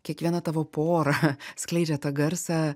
kiekviena tavo pora skleidžia tą garsą